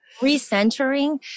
recentering